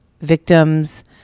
victims